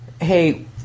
hey